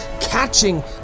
catching